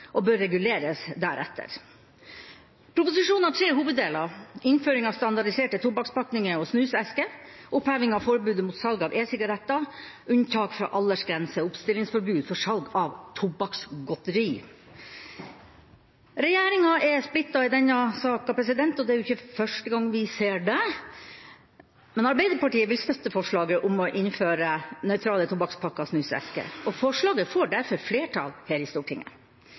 og bør reguleres deretter. Proposisjonen har tre hoveddeler: innføring av standardiserte tobakkspakninger og snusesker, oppheving av forbudet mot salg av e-sigaretter og unntak fra aldersgrense og oppstillingsforbud for salg av tobakksgodteri. Regjeringa er splittet i denne saka, og det er ikke første gang vi ser det. Men Arbeiderpartiet vil støtte forslaget om å innføre nøytrale tobakkspakker og snusesker, og forslaget får derfor flertall her i Stortinget.